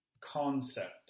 concept